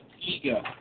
Ego